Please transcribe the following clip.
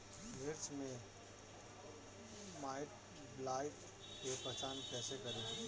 मिर्च मे माईटब्लाइट के पहचान कैसे करे?